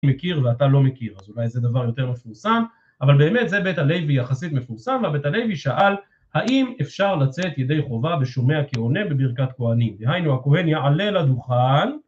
מכיר ואתה לא מכיר אז אולי זה דבר יותר מפורסם אבל באמת זה בית הלוי יחסית מפורסם והבית הלוי שאל האם אפשר לצאת ידי חובה בשומע כעונה בברכת כהנים דהיינו הכהן יעלה לדוכן